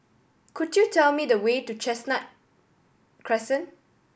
could you tell me the way to Chestnut Crescent